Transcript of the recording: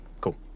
cool